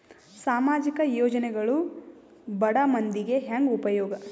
ಸಾಮಾಜಿಕ ಯೋಜನೆಗಳು ಬಡ ಮಂದಿಗೆ ಹೆಂಗ್ ಉಪಯೋಗ?